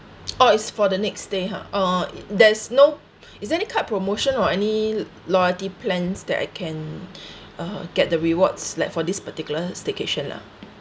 oh it's for the next say ha uh there's no is there any card promotion or any loyalty plans that I can uh get the rewards like for this particular staycation ah